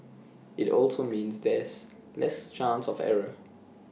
IT also means there's less chance of error